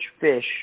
fish